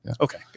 Okay